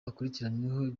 akurikiranyweho